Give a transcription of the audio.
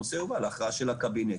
הנושא יובא להכרעה של הקבינט.